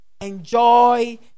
enjoy